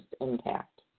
impact